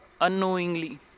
unknowingly